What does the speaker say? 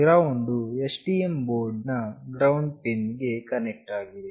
GND ಯು STM board ನ ground pin ಗೆ ಕನೆಕ್ಟ್ ಆಗಿದೆ